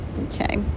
Okay